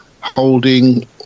holding